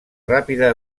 ràpida